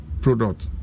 product